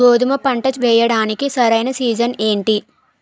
గోధుమపంట వేయడానికి సరైన సీజన్ ఏంటి?